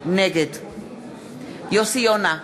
נגד יוסי יונה,